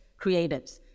creatives